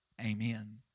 Amen